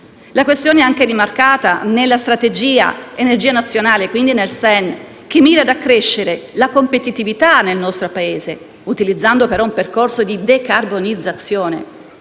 La questione è rimarcata ancora nella strategia energetica nazionale (SEN), che mira ad accrescere la competitività nel nostro Paese, utilizzando però un percorso di decarbonizzazione